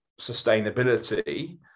sustainability